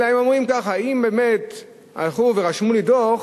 אלא הם אומרים ככה: אם באמת הלכו ורשמו לי דוח,